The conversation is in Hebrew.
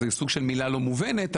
זה סוג של מילה לא מובנת,